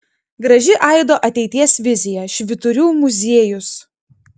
graži aido ateities vizija švyturių muziejus